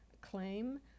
claim